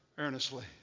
Earnestly